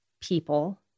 people